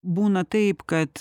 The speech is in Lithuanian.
būna taip kad